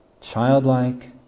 childlike